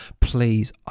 please